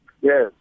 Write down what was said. Yes